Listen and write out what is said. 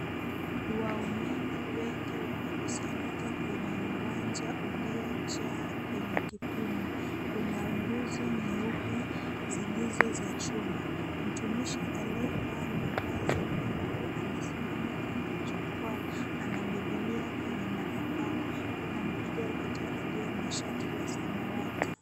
Waumini wengi wamekusanyika kwenye uwanja uliojaa kwenye kipimo. Kuna nguzo nyeupe zilizo za chuma. Mtumishi aliyevaa mavazi meupe amesimama kwenye jukwaa. Ana Biblia kwenye madhabahu. Kuna mpiga gitaa aliye na shati la samawati.